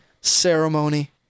ceremony